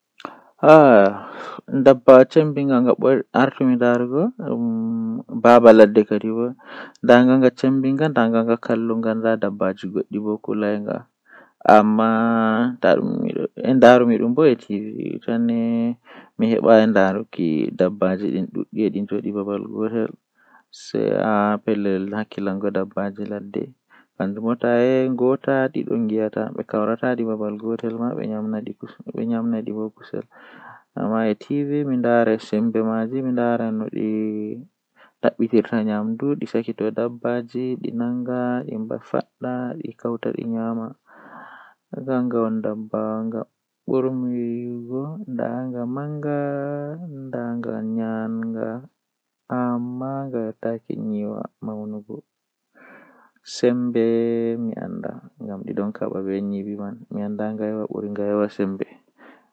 Ko ɗum no waawugol, kono neɗɗo waɗataa waɗde heɓde sooyɗi e waɗal ɓuri. Nde a waawi heɓde sooyɗi, ɗuum njogitaa goongɗi e jam e laaɓugol. Kono nde a heɓi njogordu e respect, ɗuum woodani waawugol ngir heɓde hakkilagol e njarɗi, njikataaɗo goongɗi. Nde e waɗi wattan, ko waɗa heɓde respet e ɓuri jooni.